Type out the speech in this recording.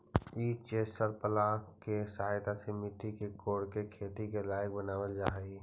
ई chisel plough के सहायता से मट्टी के कोड़के खेती के लायक बनावल जा हई